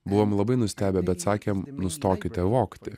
buvom labai nustebę bet sakėm nustokite vogti